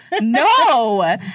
no